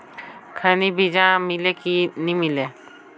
खैनी बिजा मिले कि नी मिले?